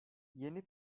yeni